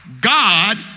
God